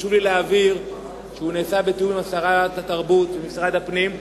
חשוב לי להבהיר שהוא נעשה בתיאום עם שרת התרבות ומשרד הפנים.